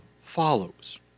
follows